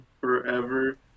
forever